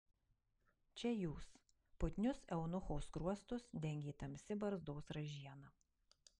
čia jūs putnius eunucho skruostus dengė tamsi barzdos ražiena